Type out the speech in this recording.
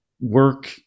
work